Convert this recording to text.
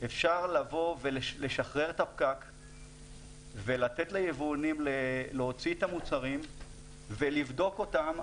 אפשר לבוא ולשחרר את הפקק ולתת ליבואנים להוציא את המוצרים ולבדוק אותם,